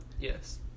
Yes